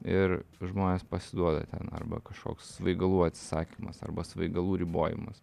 ir žmonės pasiduoda ten arba kažkoks svaigalų atsisakymas arba svaigalų ribojimas